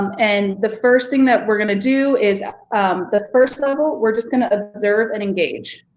and the first thing that we're gonna do is the first level. we're just gonna observe and engage